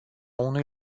unui